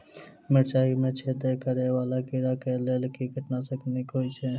मिर्चाय मे छेद करै वला कीड़ा कऽ लेल केँ कीटनाशक नीक होइ छै?